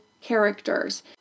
characters